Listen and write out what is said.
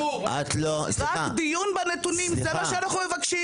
רק דיוק בנתונים, זה מה שאנחנו מבקשים.